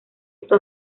esto